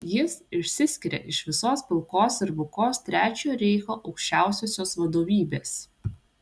jis išsiskiria iš visos pilkos ir bukos trečiojo reicho aukščiausiosios vadovybės